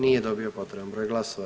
Nije dobio potreban broj glasova.